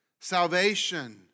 salvation